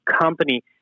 company